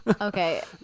Okay